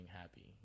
happy